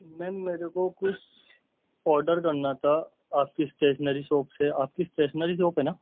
میم میرے کو کچھ آڈر کرنا تھا آپ کی اسٹیشنری شاپ سے آپ کی اسٹیشنری شاپ ہے نا